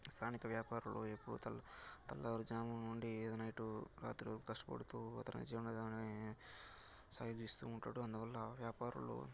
స్థానిక వ్యాపారులు ఎప్పుడు తెల్లవారుజాము నుండి ఏదో నైట్ రాత్రి వరకు కష్టపడుతూ అతని జీవనాధారాన్ని సాగిపిస్తూ ఉంటాడు అందువల్ల వ్యాపారులు